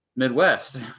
Midwest